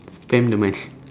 spend the money